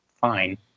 fine